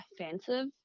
offensive